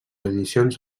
edicions